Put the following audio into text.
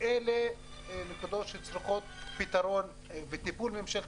ואלה נקודות שצריכות פתרון וטיפול ממשלתי.